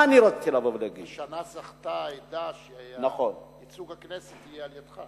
השנה זכתה העדה שייצוג הכנסת יהיה על-ידך.